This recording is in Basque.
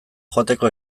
joateko